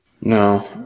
No